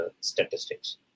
statistics